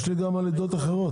יש לי גם על עדות אחרות.